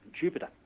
Jupiter